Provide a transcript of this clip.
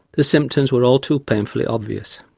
the symptoms were all too painfully obvious.